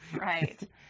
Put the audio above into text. right